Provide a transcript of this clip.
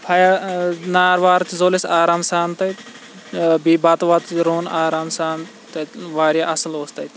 fire نار وار تہِ زول اَسہِ آرام سان تَتہِ بیٚیہ بَتہٕ وَتہ تہِ روٚن آرام سان تَتہِ وارِیاہ اَصٕل اوس تَتہِ